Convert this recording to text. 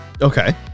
Okay